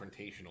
confrontational